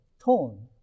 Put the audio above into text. tone